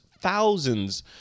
thousands